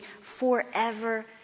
forever